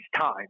time